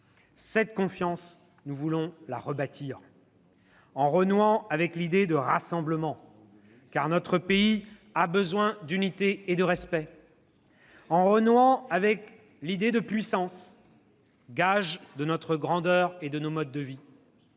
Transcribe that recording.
Cette confiance, nous voulons la rebâtir, en renouant avec l'idée de rassemblement, car notre pays a besoin d'unité et de respect, en renouant avec l'idée de puissance, gage de notre grandeur et de nos modes de vie,